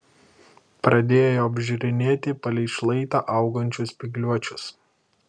pradėjo apžiūrinėti palei šlaitą augančius spygliuočius